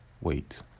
Wait